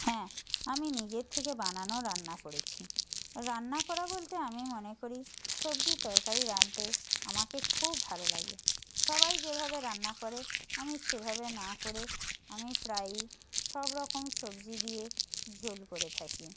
হ্যাঁ আমি নিজের থেকে বানানো রান্না করেছি রান্না করা বলতে আমি মনে করি সবজি তরকারি রাঁধতে আমাকে খুব ভালো লাগে সবাই যেভাবে রান্না করে আমি সেভাবে না করে আমি প্রায়ই সব রকম সবজি দিয়ে ঝোল করে থাকি